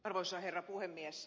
arvoisa herra puhemies